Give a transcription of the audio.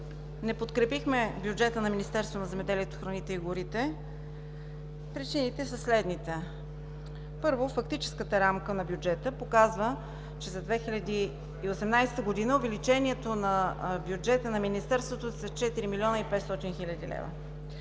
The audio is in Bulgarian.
Не подкрепихме бюджета на Министерството на земеделието, храните и горите. Причините са следните. Първо, фактическата рамка на бюджета показва, че за 2018 г. увеличението на бюджета на Министерството е с 4 млн. 500 хил. лв.